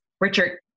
Richard